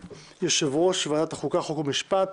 יושב-ראש ועדת החוקה, חוק ומשפט